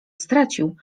stracił